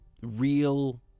real